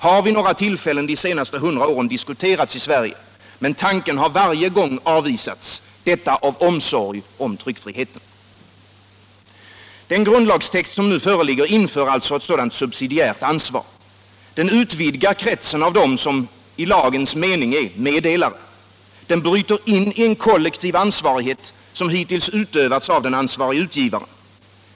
har vid några tillfällen de senaste hundra åren diskuterats i Sverige, men tanken har varje gång avvisats, detta av omsorg om tryckfriheten. Den grundlagstext som nu föreligger inför alltså ett sådant subsidiärt ansvar. Den utvidgar kretsen av dem som i lagens mening är meddelare. Den bryter in i en kollektiv ansvarighet som hittills utövats av ansvarige utgivaren.